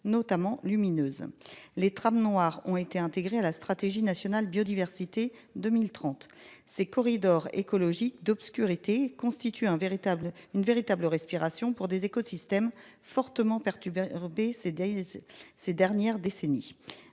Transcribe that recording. notamment lumineuses les trams noirs ont été intégrées à la stratégie nationale biodiversité 2030 ces corridors écologiques d'obscurité constitue un véritable une véritable respiration pour des écosystèmes fortement perturbé Roubaix c'est. Ces dernières décennies.